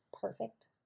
perfect